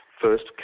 first